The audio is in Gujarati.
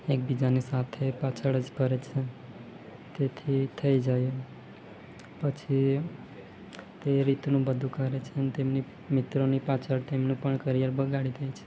એક બીજાની સાથે પાછળ જ ફરે છે તેથી થઈ જાય પછી તે રીતનું બધું કરે છે ને તેમની મિત્રોની પાછળ તેમનું પણ કરિયર બગાડી દે છે